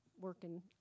working